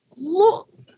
look